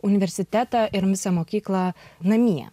universitetą ir visą mokyklą namie